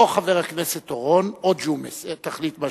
או חבר הכנסת אורון, או ג'ומס תחליט.